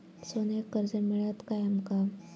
सोन्याक कर्ज मिळात काय आमका?